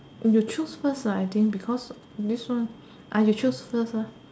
you choose first lah I think because this one ah you choose first lah